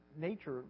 nature